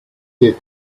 did